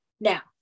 Now